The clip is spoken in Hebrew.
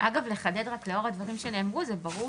אגב נחדד רק לאור הדברים שנאמרו, זה ברור